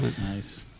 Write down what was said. Nice